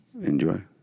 Enjoy